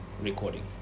recording